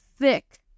thick